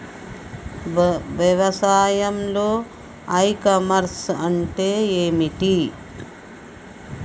వ్యవసాయంలో e commerce అంటే ఏమిటి?